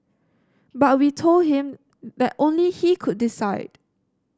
but we told him that only he could decide